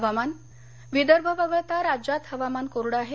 हवामान विदर्भ वगळता राज्यात हवामान कोरडं आहे